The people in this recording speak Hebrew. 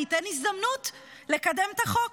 אתן הזדמנות לקדם את החוק.